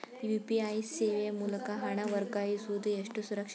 UPI ಸೇವೆ ಮೂಲಕ ಹಣ ವರ್ಗಾಯಿಸುವುದು ಎಷ್ಟು ಸುರಕ್ಷಿತ?